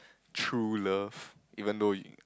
true love even though you